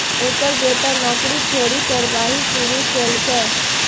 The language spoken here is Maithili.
ओकर बेटा नौकरी छोड़ि चरवाही शुरू केलकै